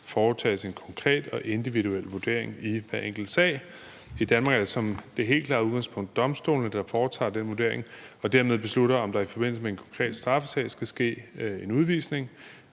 foretages en konkret og individuel vurdering i hver enkelt sag. I Danmark er det som det helt klare udgangspunkt domstolene, der foretager den vurdering og dermed beslutter, om der i forbindelse med en konkret straffesag skal ske en udvisning.